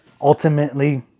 ultimately